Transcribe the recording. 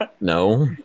No